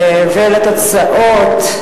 התוצאות: